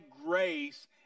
grace